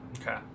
Okay